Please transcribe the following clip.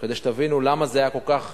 כדי שתבינו למה זה היה כל כך